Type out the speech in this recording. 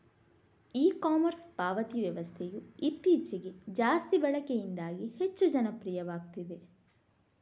E commerce ಪಾವತಿ ವ್ಯವಸ್ಥೆಯು ಇತ್ತೀಚೆಗೆ ಜಾಸ್ತಿ ಬಳಕೆಯಿಂದಾಗಿ ಹೆಚ್ಚು ಜನಪ್ರಿಯವಾಗ್ತಿದೆ